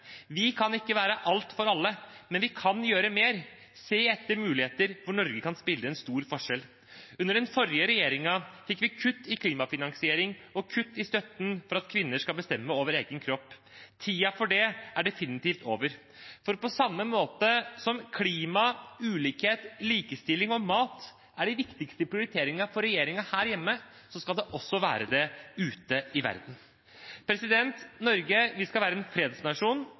Vi kan ikke være alt for alle, men vi kan gjøre mer og se etter muligheter hvor Norge kan utgjøre en stor forskjell. Under den forrige regjeringen fikk vi kutt i klimafinansiering og kutt i støtten for at kvinner skal bestemme over egen kropp. Tiden for det er definitivt over. På samme måte som klima, ulikhet, likestilling og mat er de viktigste prioriteringene for regjeringen her hjemme, skal de også være det ute i verden. Norge skal være en fredsnasjon. Vi skal være en